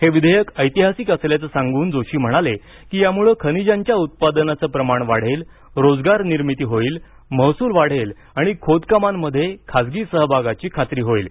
हे विधेयक ऐतिहासिक असल्याचं सांगून जोशी म्हणाले की यामुळे खनिजांच्या उत्पादनाचं प्रमाण वाढेल रोजगार निर्मिती होईल महसूल वाढेल आणि खोदकामांमध्ये खासगी सहभागाची खात्री होईल